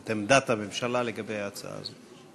את עמדת הממשלה לגבי ההצעה הזאת.